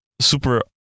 super